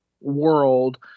world